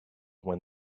when